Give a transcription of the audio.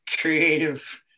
creative